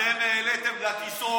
אתם לא עשיתם את זה.